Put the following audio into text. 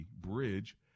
bridge